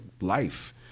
life